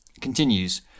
Continues